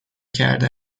کرده